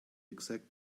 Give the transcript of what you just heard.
exact